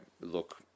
look